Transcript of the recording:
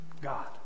God